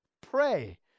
pray